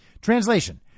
Translation